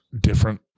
different